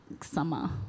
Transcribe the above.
summer